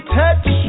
touch